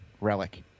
relic